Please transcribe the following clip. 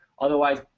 Otherwise